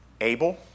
Abel